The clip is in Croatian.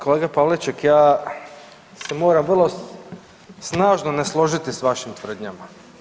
Kolega Pavliček, ja se moram vrlo snažno ne složiti s vašim tvrdnjama.